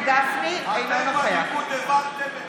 אתם בליכוד הרווחתם,